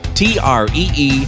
tree